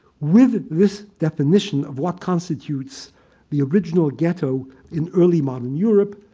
with this definition of what constitutes the original ghetto in early modern europe,